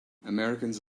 americans